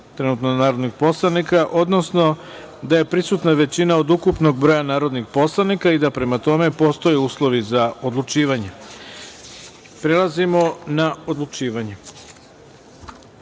prisutno 189 narodnih poslanika, odnosno da je prisutna većina od ukupnog broja narodnih poslanika i da, prema tome, postoje uslovi za odlučivanje. Prelazimo na odlučivanje. Pošto